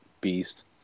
beast